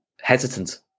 hesitant